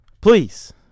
Please